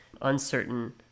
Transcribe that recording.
uncertain